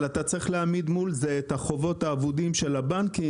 אבל אתה צריך להעמיד מול זה את החובות האבודים של הבנקים,